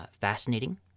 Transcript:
fascinating